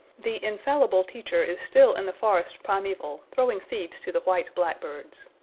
the infallible teacher is still in the forest primeval, throwing seeds to the white blackbirds.